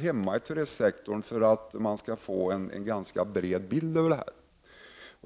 inom turistsektorn som man måste se till för att få en ganska bred bild av det hela.